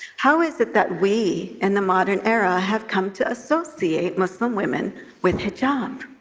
how is it that we, in the modern era, have come to associate muslim women with hijab?